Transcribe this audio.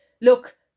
Look